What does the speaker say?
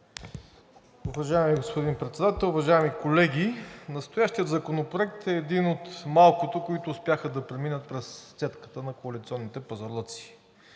Уважаеми господин Председател, уважаеми колеги, настоящият законопроект е един от малкото, които успяха да преминат през цедката на коалиционните пазарлъци